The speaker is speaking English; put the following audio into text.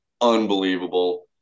unbelievable